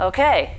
Okay